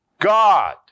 God